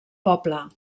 poble